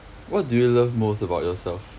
what do you love most about yourself